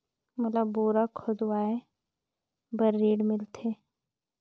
मोला बोरा खोदवाय बार ऋण मिलथे?